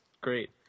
great